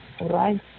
right